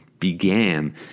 began